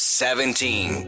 seventeen